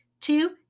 Two